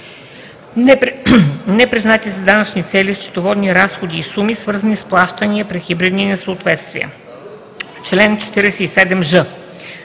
Непризнати за данъчни цели счетоводни разходи и суми, свързани с плащания при хибридни несъответствия Чл. 47ж.